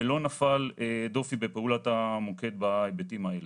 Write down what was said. ולא נפל דופי בפעולת המוקד בהיבטים האלה.